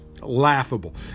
laughable